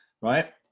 right